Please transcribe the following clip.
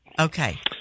okay